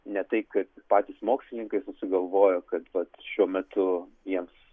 ne tai kad patys mokslininkai susigalvojo kad šiuo metu jiems